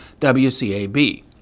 WCAB